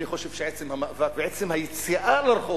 אני חושב שעצם המאבק ועצם היציאה לרחוב